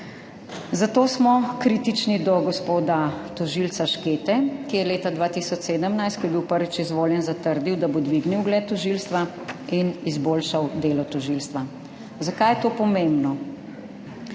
Zato smo kritični do gospoda tožilca Škete, ki je leta 2017, ko je bil prvič izvoljen, zatrdil, da bo dvignil ugled tožilstva in izboljšal delo tožilstva. Zakaj je to pomembno?